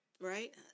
right